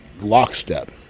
lockstep